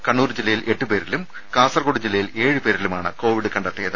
കണ്ണൂർ ജില്ലയിൽ എട്ടുപേരിലും കാസർകോട് ജില്ലയിൽ ഏഴുപേരിലുമാണ് കോവിഡ് കണ്ടെത്തിയത്